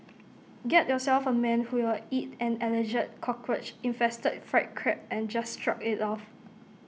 get yourself A man who will eat an Alleged Cockroach infested fried Crab and just shrug IT off